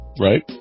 right